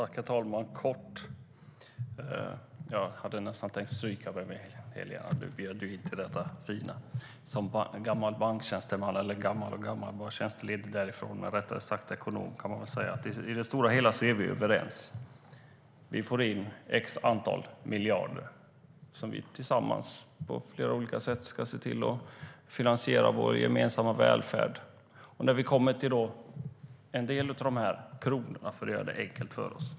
Herr talman! Jag hade nästan tänkt stryka mig från talarlistan, men Helena bjöd in så fint. Som tjänstledig "gammal" banktjänsteman, eller rättare sagt ekonom, kan jag väl säga att vi i det stora hela är överens. Vi får in ett visst antal miljarder, som vi tillsammans på flera olika sätt ska se till att finansiera vår gemensamma välfärd med.